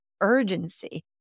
urgency